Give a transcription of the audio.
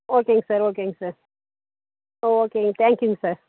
ஓகேங்க சார் ஓகேங்க சார் ஓகேங்க தேங்க் யூங்க சார்